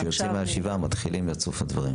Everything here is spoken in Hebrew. כשיוצאים מהשבעה מתחילים לצוף הדברים.